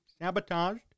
sabotaged